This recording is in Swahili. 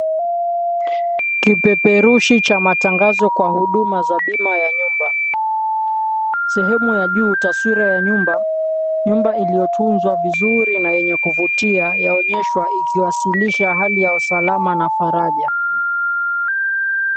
Kipeperushi cha matangazo kwa huduma za bima ya nyumba. Sehemu ya juu taswira ya nyumba, nyumba iliyotunzwa vizuri na yenye kuvutia yaonyeshwa ikiwasilisha hali ya usalama na faraja.